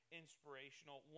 inspirational